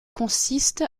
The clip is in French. consiste